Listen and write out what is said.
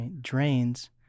drains